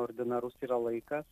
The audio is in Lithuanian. ordinarus yra laikas